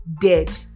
dead